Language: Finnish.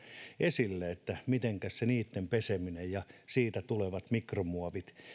esille että mitenkäs se niitten peseminen ja minne siitä tulevat mikromuovit